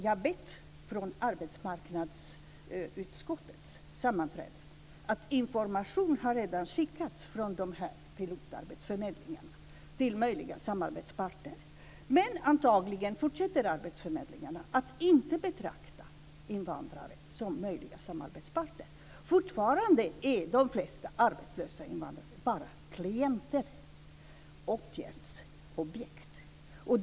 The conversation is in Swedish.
Jag vet från arbetsmarknadsutskottets sammanträden att information redan har skickats från pilotarbetsförmedlingarna till möjliga samarbetspartner. Men antagligen fortsätter arbetsförmedlingarna att inte betrakta invandrare som möjliga samarbetspartner. Fortfarande är de flesta arbetslösa invandrare bara klienter, åtgärdsobjekt.